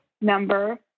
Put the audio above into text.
number